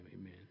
amen